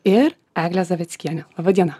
ir eglė zaveckienė laba diena